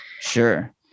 Sure